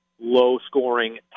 low-scoring